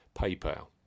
PayPal